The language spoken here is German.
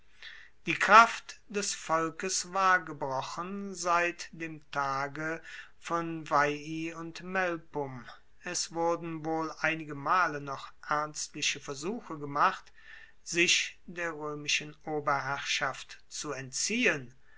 die kraft des volkes war gebrochen seit dem tage von veii und melpum es wurden wohl einige male noch ernstliche versuche gemacht sich der roemischen oberherrschaft zu entziehen